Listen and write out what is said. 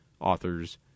authors